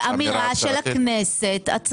אמירה הצהרתית של הכנסת.